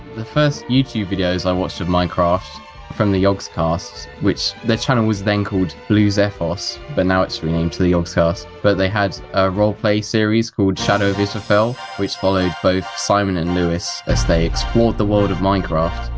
the first youtube videos i watched of minecraft, were from the yogscast. which their channel was then called bluexephos, but now it's renamed the yogscast. but they had a roleplay series called shadow of israphel, which followed both simon and lewis as they explored the world of minecraft.